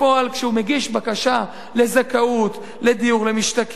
כשהוא מגיש בקשה לזכאות לדיור למשתכן,